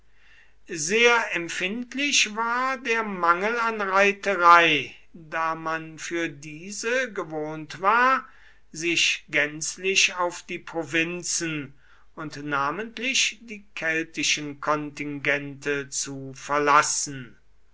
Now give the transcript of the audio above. sehr empfindlich war der mangel an reiterei da man für diese gewohnt war sich gänzlich auf die provinzen und namentlich die keltischen kontingente zu verlassen